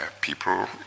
people